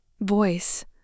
Voice